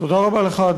תודה רבה לך,